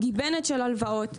גיבנת של הלוואות.